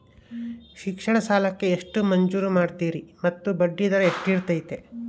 ಶಿಕ್ಷಣ ಸಾಲಕ್ಕೆ ಎಷ್ಟು ಮಂಜೂರು ಮಾಡ್ತೇರಿ ಮತ್ತು ಬಡ್ಡಿದರ ಎಷ್ಟಿರ್ತೈತೆ?